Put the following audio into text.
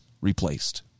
replaced